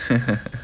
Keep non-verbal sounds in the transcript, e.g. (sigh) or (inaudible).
(laughs)